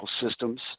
systems